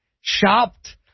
shopped